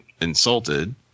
insulted